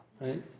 right